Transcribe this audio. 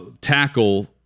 tackle